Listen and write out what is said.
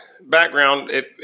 background